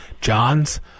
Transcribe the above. John's